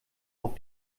auf